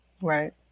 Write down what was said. Right